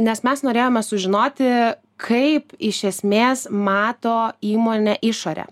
nes mes norėjome sužinoti kaip iš esmės mato įmonę išorę